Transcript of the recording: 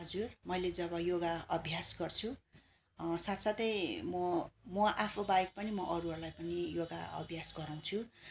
हजुर मैले जब योगा अभ्यास गर्छु साथसाथै म म आफूबाहेक पनि म अरूहरूलाई पनि योगा अभ्यास गराउँछु